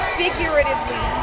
figuratively